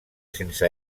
sense